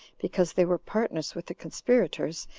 because they were partners with the conspirators,